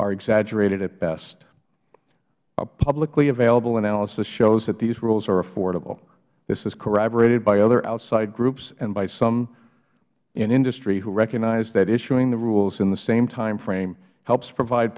are exaggerated at best a publicly available analysis shows that these rules are affordable this is corroborated by other outside groups and by some in industry who recognize that issuing the rules in the same time frame helps provide